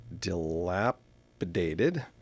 Dilapidated